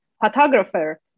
photographer